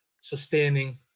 sustaining